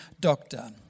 doctor